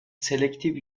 selective